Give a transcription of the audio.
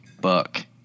buck